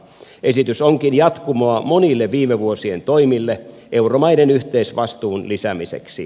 esitys onkin jatkumoa monille viime vuosien toimille euromaiden yhteisvastuun lisäämiseksi